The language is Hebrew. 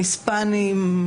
היספנים,